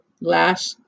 Lash